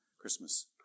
Christmas